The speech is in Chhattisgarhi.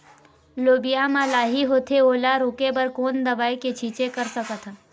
लोबिया मा लाही होथे ओला रोके बर कोन दवई के छीचें कर सकथन?